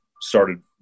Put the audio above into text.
started